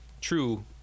true